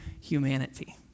humanity